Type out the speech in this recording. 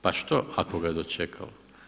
Pa što ako ga je dočekalo.